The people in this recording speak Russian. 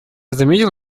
заметил